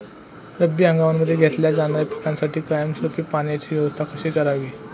रब्बी हंगामामध्ये घेतल्या जाणाऱ्या पिकांसाठी कायमस्वरूपी पाण्याची व्यवस्था कशी करावी?